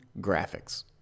graphics